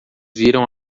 viram